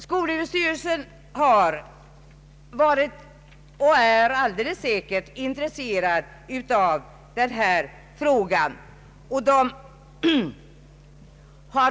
Skolöverstyrelsen har varit och är alldeles säkert intresserad av denna fråga.